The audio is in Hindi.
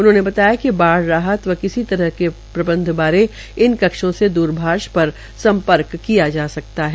उन्होंने बताया कि बाढ़ राहत व किसी तरह के प्रबंध बारे हन कक्षों से द्रभाष पर सम्पर्क किया जा सकता है